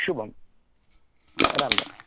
शुभं राम् राम्